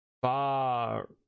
far